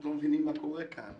לא מבינים מה קורה כאן.